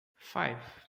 five